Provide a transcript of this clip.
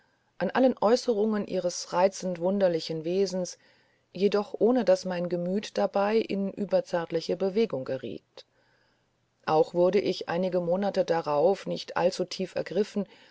an allen äußerungen ihres reizend wunderlichen wesens jedoch ohne daß mein gemüt dabei in überzärtliche bewegung geriet auch wurde ich einige monate drauf nicht allzu tief ergriffen